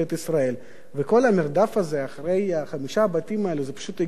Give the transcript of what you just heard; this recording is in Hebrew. וכל המרדף הזה אחרי חמשת הבתים האלו זה פשוט הגיע על סף טירוף,